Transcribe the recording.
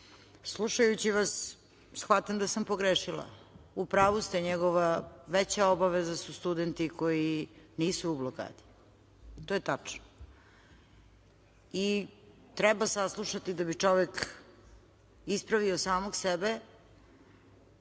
Slušajući vas, shvatam da sam pogrešila. U pravu ste, njegova veća obaveza su studenti koji nisu u blokadi. To je tačno. Treba saslušati da bi čovek ispravio samog sebe